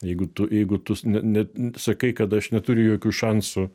jeigu tu jeigu tu ne ne sakai kad aš neturiu jokių šansų